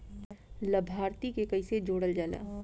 लभार्थी के कइसे जोड़ल जाला?